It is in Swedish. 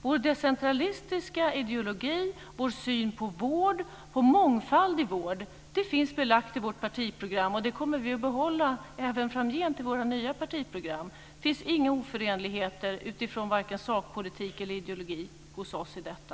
Vår decentralistiska ideologi, vår syn på vård och på mångfald i vård, finns belagd i vårt partiprogram, och det kommer vi att behålla även framgent i våra nya partiprogam. Det finns inga oförenligheter utifrån vare sig sakpolitik eller ideologi hos oss i detta.